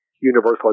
Universal